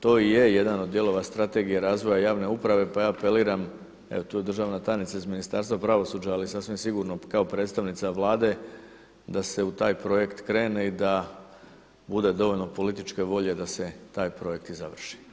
To i je jedan od dijelova Strategije razvoja javne uprave pa ja apeliram, evo tu je državna tajnica iz Ministarstva pravosuđa ali sasvim sigurno kao predstavnica Vlade da se u taj projekt krene i da bude dovoljno političke volje da se taj projekt i završi.